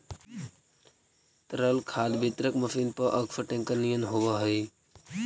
तरल खाद वितरक मशीन पअकसर टेंकर निअन होवऽ हई